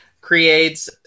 creates